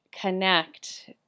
connect